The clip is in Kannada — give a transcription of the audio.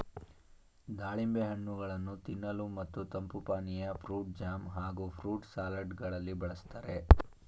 ದಾಳಿಂಬೆ ಹಣ್ಣುಗಳನ್ನು ತಿನ್ನಲು ಮತ್ತು ತಂಪು ಪಾನೀಯ, ಫ್ರೂಟ್ ಜಾಮ್ ಹಾಗೂ ಫ್ರೂಟ್ ಸಲಡ್ ಗಳಲ್ಲಿ ಬಳ್ಸತ್ತರೆ